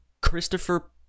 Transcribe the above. Christopher